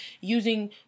using